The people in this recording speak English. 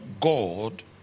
God